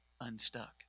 unstuck